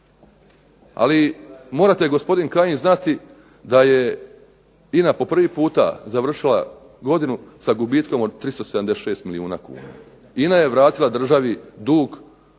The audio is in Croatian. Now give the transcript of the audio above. Ali morate gospodin Kajin da je INA po prvi puta završila godinu sa gubitkom od 376 milijuna kuna. INA je vratila državi dug